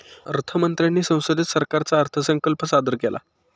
अर्थ मंत्र्यांनी संसदेत सरकारचा अर्थसंकल्प सादर केला